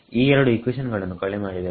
ಈ ಎರಡು ಇಕ್ವೇಷನ್ ಗಳನ್ನು ಕಳೆ ಮಾಡಿದರೆ